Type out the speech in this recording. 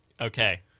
Okay